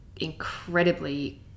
incredibly